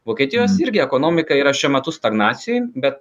vokietijos irgi ekonomika yra šiuo metu stagnacijoj bet